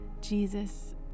Jesus